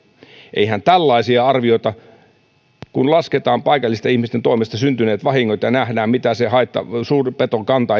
eihän tällaisia arvioita voi tehdä kun paikallisten ihmisten toimesta lasketaan syntyneet vahingot ja nähdään mitä esimerkiksi suurpetokanta